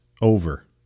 over